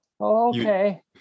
okay